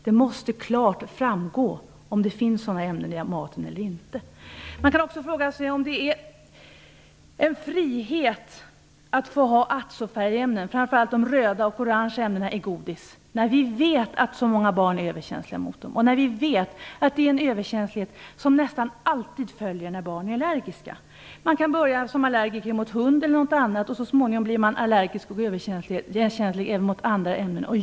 Det måste klart framgå om det finns sådana ämnen i maten eller inte. Man kan också fråga sig som om det är en frihet att få ha azo-färgämnen, framför allt de röda och oranga ämnena i godis, när vi vet att så många barn är överkänsliga mot dem. Det är en överkänslighet som nästan alltid följer när barn är allergiska. Man kan som allergiker börja att vara allergisk mot hund eller något annat. Så småningom blir man allergisk och överkänslig även mot andra ämnen.